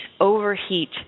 overheat